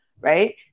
right